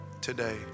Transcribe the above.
today